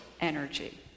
energy